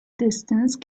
distance